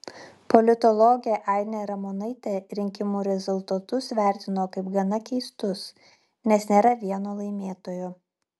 politologė ainė ramonaitė rinkimų rezultatus vertino kaip gana keistus nes nėra vieno laimėtojo